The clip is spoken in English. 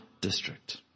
district